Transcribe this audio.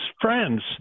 friends